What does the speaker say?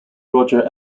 roger